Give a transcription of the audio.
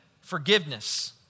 Forgiveness